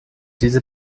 diese